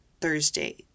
Thursday